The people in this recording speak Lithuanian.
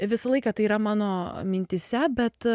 visą laiką tai yra mano mintyse bet